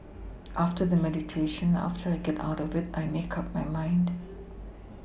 after the meditation after I get out of it I make up my mind